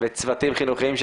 וצוותים חינוכיים,